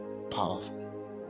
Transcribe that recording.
powerful